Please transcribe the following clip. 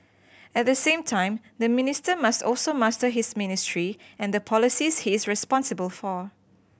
at the same time the minister must also master his ministry and the policies he is responsible for